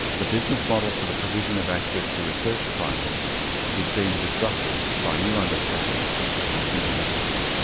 the business model for the provision of access to research findings is being disrupted by new understandings and new methods.